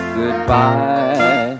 goodbye